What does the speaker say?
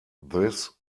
this